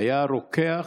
היה רוקח,